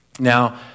Now